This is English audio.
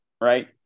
right